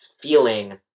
feeling